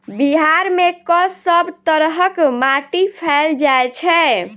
बिहार मे कऽ सब तरहक माटि पैल जाय छै?